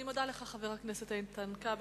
אני מודה לך, חבר הכנסת איתן כבל.